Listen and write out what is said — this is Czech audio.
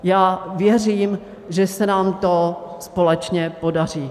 Já věřím, že se nám to společně podaří.